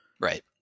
Right